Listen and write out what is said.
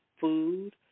food